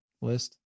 list